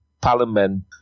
parliament